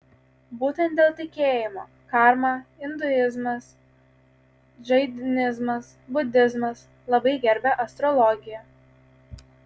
būtent dėl tikėjimo karma induizmas džainizmas budizmas labai gerbia astrologiją